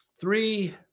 three